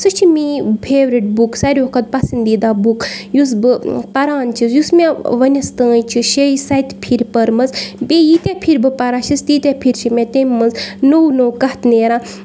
سُہ چھِ میٛٲنۍ فیورِٹ بُک ساروِیو کھۄتہٕ پَسنٛدیٖدہ بُک یُس بہٕ پَران چھٮ۪س یُس مےٚ ؤنِس تانۍ چھِ شیٚیہِ سَتہِ پھر پٔرمٕژ بیٚیہِ ییٖتیٛاہ پھرِ بہٕ پَران چھٮ۪س تیٖتیٛاہ پھر چھِ مےٚ تمہِ منٛز نو نو کَتھ نیران